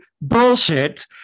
bullshit